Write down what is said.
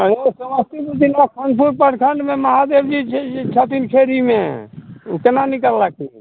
आएँ यौ समस्तीपुर जिला कोन कोन प्रखण्डमे महादेब नहि छथिन खेड़ीमे केना निकललखिन